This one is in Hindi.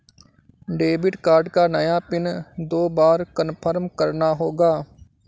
डेबिट कार्ड का नया पिन दो बार कन्फर्म करना होगा